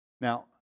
Now